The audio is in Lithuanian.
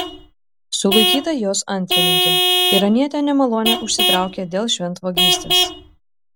sulaikyta jos antrininkė iranietė nemalonę užsitraukė dėl šventvagystės